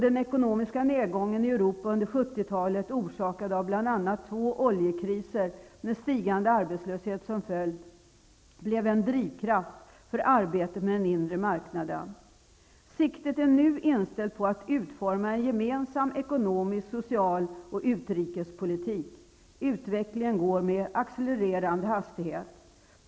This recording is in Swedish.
Den ekonomiska nedgången i Europa under 1970-talet orsakad av bl.a. två oljekriser, med stigande arbetslöshet som följd blev en drivkraft för arbetet med den inre marknaden. Siktet är nu inställt på att utforma en gemensam ekonomisk politik, socialpolitik och utrikespolitik. Utvecklingen går med accelererande hastighet.